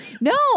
No